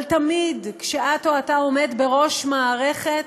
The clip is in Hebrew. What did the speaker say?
אבל תמיד כשאת או אתה עומד בראש מערכת,